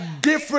different